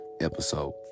episode